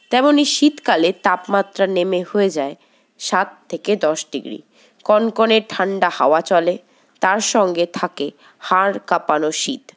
তেমনই শীতকালে তাপমাত্রা নেমে হয়ে যায় সাত থেকে দশ ডিগ্রি কনকনে ঠান্ডা হাওয়া চলে তার সঙ্গে থাকে হাড়কাঁপানো শীত